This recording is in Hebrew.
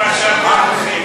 מנחם בגין, לראות מה שאתם עושים.